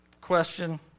question